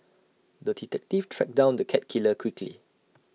the detective tracked down the cat killer quickly